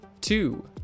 two